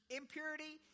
impurity